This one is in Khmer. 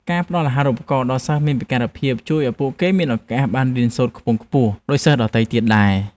ការផ្តល់អាហារូបករណ៍ដល់សិស្សមានពិការភាពជួយឱ្យពួកគេមានឱកាសបានរៀនសូត្រខ្ពង់ខ្ពស់ដូចសិស្សដទៃទៀតដែរ។